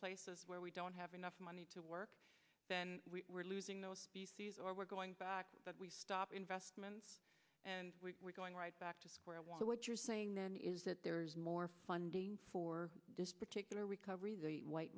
places where we don't have enough money to work then we were losing those or we're going to stop investment and we're going right back to square one what you're saying then is that there's more funding for this particular recovery the white